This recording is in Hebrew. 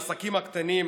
העסקים הקטנים,